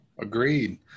Agreed